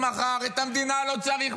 לא, על הילדים שלי לא תדבר.